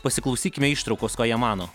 pasiklausykime ištraukos ką jie mano